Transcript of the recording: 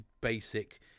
basic